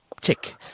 tick